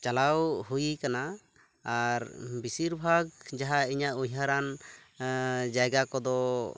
ᱪᱟᱞᱟᱣ ᱦᱩᱭ ᱠᱟᱱᱟ ᱟᱨ ᱵᱮᱥᱤᱨ ᱵᱷᱟᱜᱽ ᱡᱟᱦᱟᱸ ᱤᱧᱟᱹᱜ ᱩᱭᱦᱟᱹᱨᱟᱱ ᱡᱟᱭᱜᱟ ᱠᱚᱫᱚ